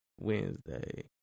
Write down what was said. Wednesday